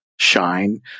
shine